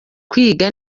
kwiga